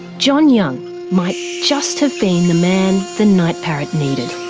john young might just have been the man the night parrot needed.